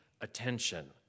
attention